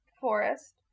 Forest